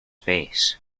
face